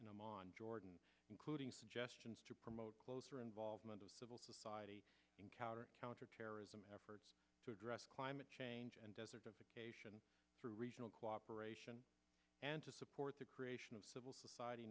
in amman jordan including suggestions to promote closer involvement of civil society in counter counterterrorism efforts to address climate change and desertification through regional cooperation and to support the creation of civil society